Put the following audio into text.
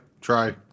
Try